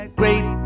great